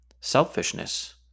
selfishness